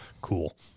Cool